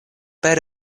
per